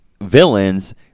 villains